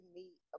meet